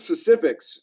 specifics